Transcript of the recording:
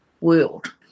world